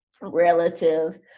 relative